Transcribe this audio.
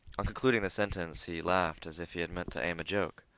on concluding the sentence he laughed as if he had meant to aim a joke.